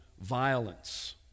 violence